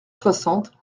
soixante